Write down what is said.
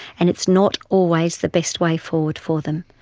and it's not always the best way forward for them.